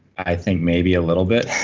i think maybe a little bit